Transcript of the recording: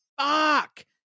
fuck